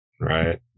Right